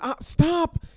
Stop